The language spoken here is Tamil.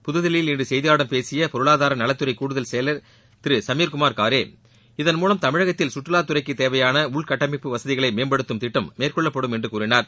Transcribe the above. புதுதில்லியில் இன்று செய்தியாளர்களிடம் பேசிய பொருளாதார நலத்துறை கூடுதல் செயலர் திரு சமீர்குமார் காரே இதன் மூவம் தமிழகத்தில் கற்றுவாத்துறைக்கு தேவையான உள்கட்டமைப்பு வகதிகளை மேம்படுத்தும் திட்டம் மேற்கொள்ளப்படும் என்று கூறினார்